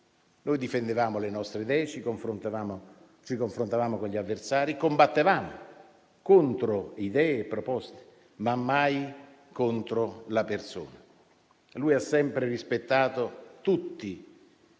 Noi difendevamo le nostre idee, ci confrontavamo con gli avversari, combattevamo contro idee e proposte, ma mai contro la persona. Lui ha sempre rispettato tutti